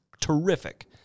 Terrific